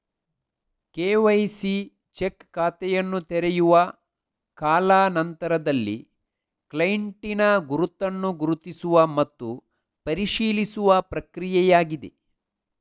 KYC check ಖಾತೆಯನ್ನು ತೆರೆಯುವ ಕಾಲಾ ನಂತರದಲ್ಲಿ ಕ್ಲೈಂಟಿನ ಗುರುತನ್ನು ಗುರುತಿಸುವ ಮತ್ತು ಪರಿಶೀಲಿಸುವ ಪ್ರಕ್ರಿಯೆಯಾಗಿದೆ